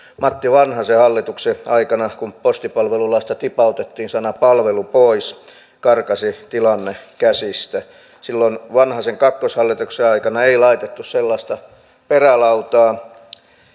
matti vanhasen hallituksen aikana kun postipalvelulaista tipautettiin sana palvelu pois karkasi tilanne käsistä silloin vanhasen kakkoshallituksen aikana ei laitettu sellaista perälautaa